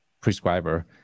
prescriber